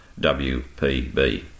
WPB